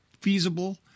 feasible